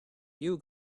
you